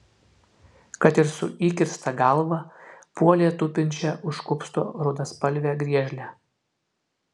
kad ir su įkirsta galva puolė tupinčią už kupsto rudaspalvę griežlę